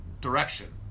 direction